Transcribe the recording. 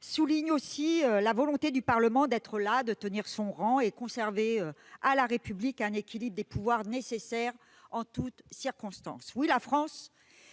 souligne aussi la volonté du Parlement d'être là, de tenir son rang et de conserver à la République un équilibre des pouvoirs nécessaire en toutes circonstances. Oui, la France